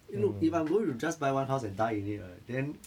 no look if I'm going to just buy one house and die in it right then